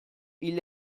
hil